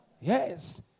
Yes